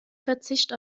verzicht